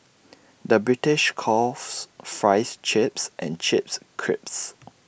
the British coughs Fries Chips and chips creeps